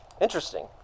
interesting